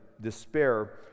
despair